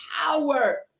power